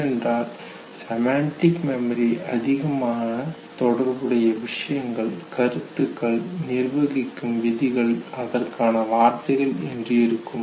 ஏனென்றால் semantic memory அதிகமாக தொடர்புடைய விஷயங்கள் கருத்துக்கள் நிர்வகிக்கும் விதிகள் அதற்கான வார்த்தைகள் என்று இருக்கும்